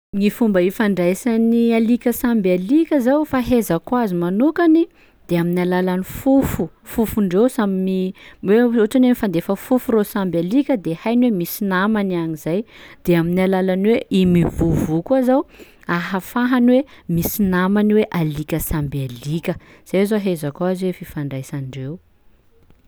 Gny fomba ifandraisan'ny alika samby alika zao fahaizako azy manokany de amin'ny alalan'ny fofo, fofondreo samy m- hoe ohatry ny hoe mifandefa fofo reo samby alika de hainy hoe misy namany agny izay, de amin'ny alalan'ny hoe i mivovò koa zao ahafahany hoe misy namany hoe alika samby alika, zay zao ahaizako azy hoe fifandraisandreo.